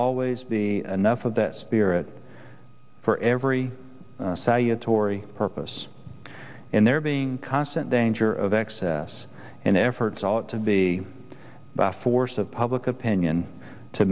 always be enough of that spirit for every say a tory purpose in there being constant danger of excess and efforts ought to be the force of public opinion to